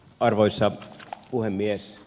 arvoisa puhemies